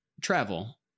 travel